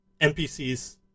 NPC's